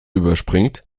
überspringt